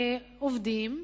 לעובדים,